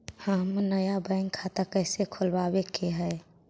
हम नया बैंक खाता कैसे खोलबाबे के है?